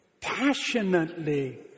passionately